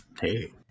Hey